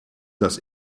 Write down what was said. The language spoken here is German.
das